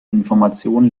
information